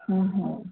હમ હમ